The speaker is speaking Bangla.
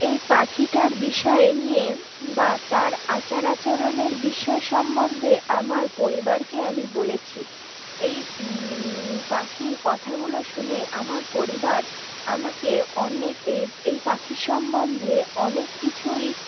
এই পাখিটার বিষয় নিয়ে বা তার আচার আচরণের বিষয় সম্বন্ধে আমার পরিবারকে আমি বলেছি এই পাখির কথাগুলো শুনে আমার পরিবার আমাকে অনেক এই পাখির সম্বন্ধে অনেক কিছুই